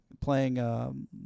playing